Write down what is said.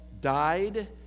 died